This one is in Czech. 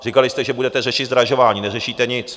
Říkali jste, že budete řešit zdražování, neřešíte nic.